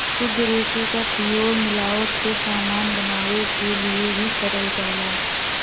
शुद्ध रेसे क प्रयोग मिलावट क समान बनावे क लिए भी करल जाला